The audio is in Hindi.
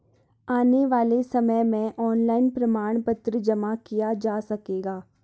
आने वाले समय में ऑनलाइन प्रमाण पत्र जमा किया जा सकेगा